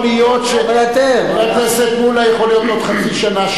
יכול להיות שבעוד חצי שנה,